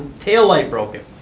tail light broken.